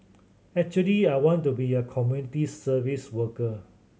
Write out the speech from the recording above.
actually I want to be a community service worker